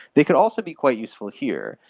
they could also be quite useful here.